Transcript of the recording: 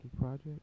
project